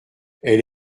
elle